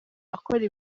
akora